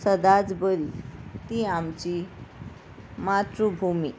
सदांच बरी ती आमची मातृभुमी